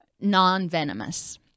non-venomous